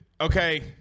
okay